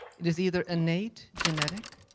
it is either innate genetic,